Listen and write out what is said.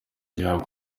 gihabwa